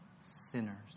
sinners